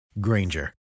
Granger